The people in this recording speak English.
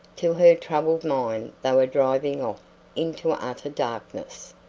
to her troubled mind they were driving off into utter darkness.